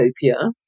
utopia